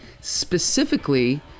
specifically